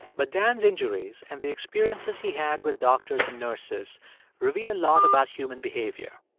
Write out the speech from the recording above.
but dan's injuries and the experiences he had with doctors and nurses reveal a lot about human behavior.